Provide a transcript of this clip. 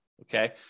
Okay